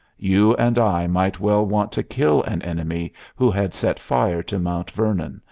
you and i might well want to kill an enemy who had set fire to mount vernon,